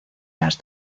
las